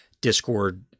Discord